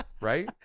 right